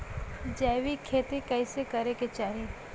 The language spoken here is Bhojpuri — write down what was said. जैविक खेती कइसे करे के चाही?